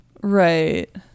Right